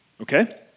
Okay